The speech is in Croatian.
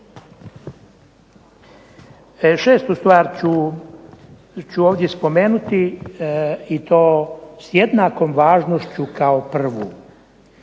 jednu stvar ću ovdje spomenuti i to s jednakom važnošću kao prvu.